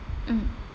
mm